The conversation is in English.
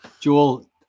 Joel